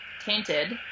tainted